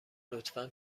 لطفا